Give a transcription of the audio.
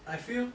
I feel